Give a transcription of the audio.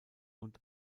und